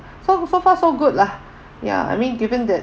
so so far so good lah ya I mean given that